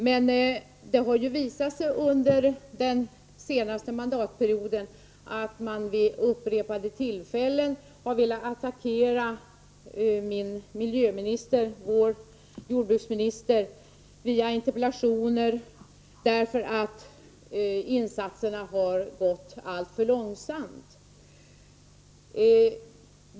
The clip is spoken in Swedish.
Men det har visat sig under den senaste mandatperioden att man vid upprepade tillfällen via interpellationer har velat attackera vår miljöminister, jordbruksministern, därför att insatserna har skett alltför långsamt.